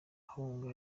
ahunga